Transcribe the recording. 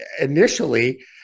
initially